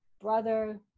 brother